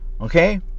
Okay